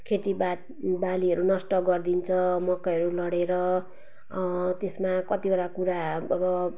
खेतीबालीहरू नष्ट गरिदिन्छ मकैहरू लडेर त्यसमा कतिवटा कुरा अब